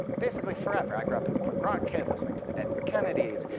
basically forever. i grew up as a punk rock kid listening to the dead kennedys.